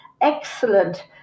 excellent